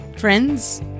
friends